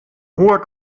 hoher